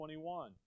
21